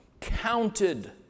counted